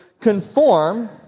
conform